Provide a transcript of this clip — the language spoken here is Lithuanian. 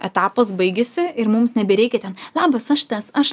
etapas baigėsi ir mums nebereikia ten labas aš tas aš